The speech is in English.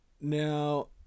Now